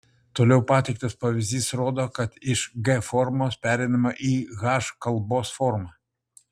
toliau pateiktas pavyzdys rodo kad iš g formos pereinama į h kalbos formą